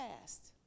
past